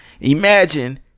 Imagine